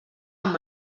amb